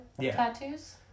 tattoos